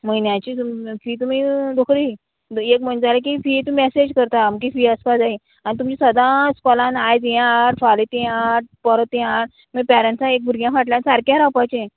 म्हयन्याची फी तुमी रोखडी एक म्हयन्या जाले की फी तूं मॅसेज करता अमकां फी आसपा जाय आनी तुमची सदां इस्कॉलान आयज हे हाड फाल्यां तें हाड परां तें हाड मागीर पेरेंट्सा एक भुरग्यांक फाटल्यान सारकें रावपाचें